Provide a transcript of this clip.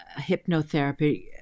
hypnotherapy